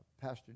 Pastor